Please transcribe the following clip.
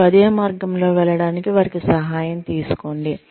మరియు అదే మార్గంలో వెళ్ళడానికి వారి సహాయం తీసుకోండి